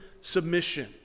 submission